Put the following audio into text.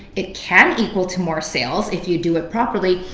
it can equal to more sales if you do it properly,